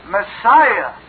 Messiah